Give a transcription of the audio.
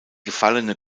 gefallene